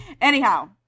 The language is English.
Anyhow